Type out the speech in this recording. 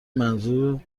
منظور